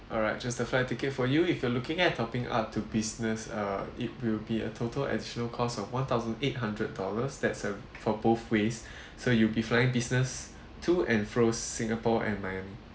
alright just the flight ticket for you if you are looking at topping up to business uh it will be a total additional cost of one thousand eight hundred dollars that's a for both ways so you'll be flying business to and fros singapore and miami